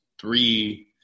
three